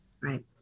right